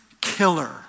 killer